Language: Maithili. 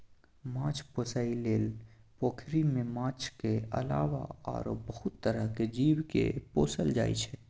माछ पोसइ लेल पोखरि मे माछक अलावा आरो बहुत तरहक जीव केँ पोसल जाइ छै